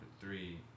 three